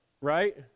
right